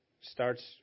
starts